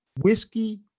whiskey